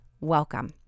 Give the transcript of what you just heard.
Welcome